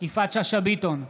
יפעת שאשא ביטון,